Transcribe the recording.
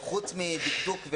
מלבד דקדוק,